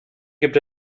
gibt